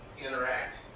interact